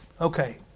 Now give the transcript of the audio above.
okay